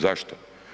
Zašto?